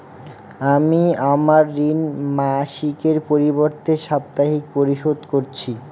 আমি আমার ঋণ মাসিকের পরিবর্তে সাপ্তাহিক পরিশোধ করছি